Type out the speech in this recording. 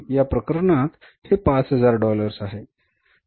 या प्रकरणात हे 5000 डॉलर्स आहे